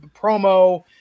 promo